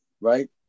right